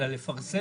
אלא לפרסם.